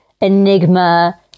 enigma